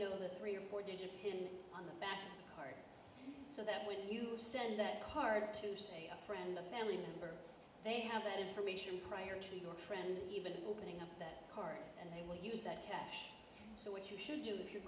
know the three or four digit pin on the back of the car so that when you send that card to say a friend a family member they have that information prior to your friend even opening up that card and they will use that cash so what you should do if you're